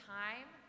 time